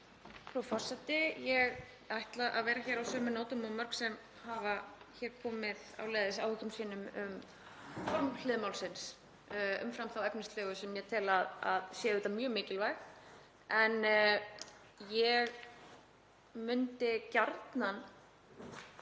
Frú forseti. Ég ætla að vera á sömu nótum og mörg sem hafa hér komið áleiðis áhyggjum sínum um formhlið málsins umfram þá efnislegu sem ég tel að sé auðvitað mjög mikilvæg. Ég myndi gjarnan